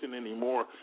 anymore